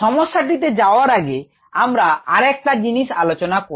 সমস্যাটিতে যাওয়ার আগে আমরা আরেকটা জিনিস আলোচনা করব